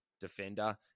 defender